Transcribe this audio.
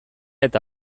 eta